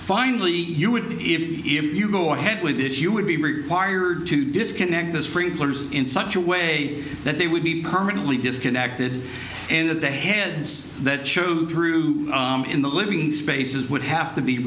finally you would be if you go ahead with this you would be required to disconnect the sprinklers in such a way that they would be permanently disconnected and that the heads that show through in the living spaces would have to be